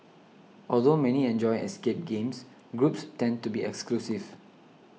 although many enjoy escape games groups tend to be exclusive